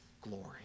glory